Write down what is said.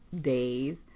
days